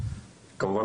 וכמובן,